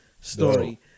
story